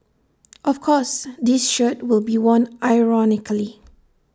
of course this shirt will be worn ironically